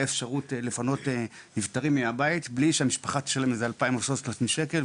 אפשרות לפנות נפטרים מהבית בלי שהמשפחה תשלם 2,000-3,000 שקלים.